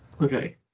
Okay